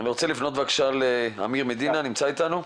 אני רוצה לפנות לאמיר מדינה, נמצא איתנו?